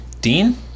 Dean